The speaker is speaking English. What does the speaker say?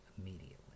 immediately